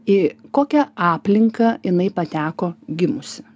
į kokią aplinką jinai pateko gimusi